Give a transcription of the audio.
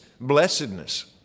blessedness